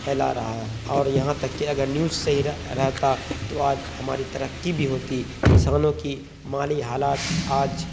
فیلا رہا ہے اور یہاں تک کہ اگر نیوز صحیح رہ رہتا تو آج ہماری ترقی بھی ہوتی کسانوں کی مالی حالات آج